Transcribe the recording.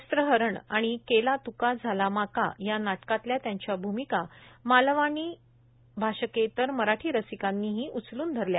वस्त्रहरण आणि केला त्का झाला माका या नाटकातल्या त्यांच्या भूमिका मालवणी भाषकेतर मराठी रसिकांनीही उचलून धरल्या